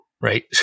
right